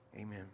Amen